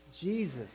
Jesus